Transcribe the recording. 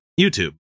YouTube